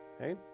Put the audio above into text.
Okay